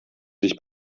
sich